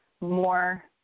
more